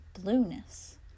blueness